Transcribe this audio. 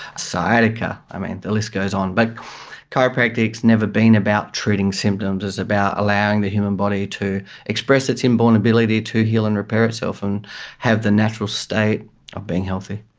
sciatica. i mean, the list goes on. but chiropractic has never been about treating symptoms, it's about allowing the human body to express its inborn ability to heal and repair itself and have the natural state of being healthy.